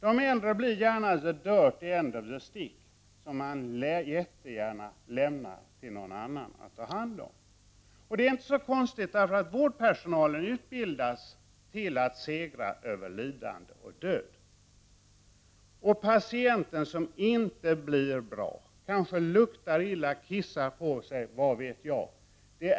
De äldre blir gärna ”the dirty end of the stick”, som man gärna lämnar till någon annan att ta hand om. Det är inte så konstigt — vårdpersonalen utbildas till att segra över lidande och död. Och patienten som inte blir bra, som kanske luktar illa eller kissar på sig — vad vet jag?